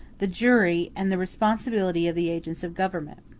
the jury, and the responsibility of the agents of government.